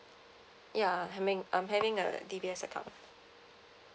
ya having I'm having a D_B_S account